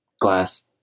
glass